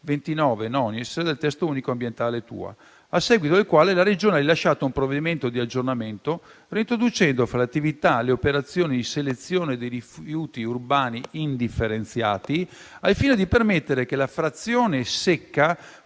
del testo unico ambientale (TUA), a seguito del quale la Regione ha rilasciato un provvedimento di aggiornamento, reintroducendo fra le attività le operazioni di selezione dei rifiuti urbani indifferenziati, al fine di permettere che la frazione secca